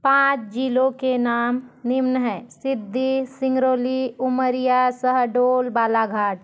पाँच जिलों के नाम निम्न हैं सिद्धि सिंगरौली उमरिया शहडोल बालाघाट